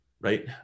right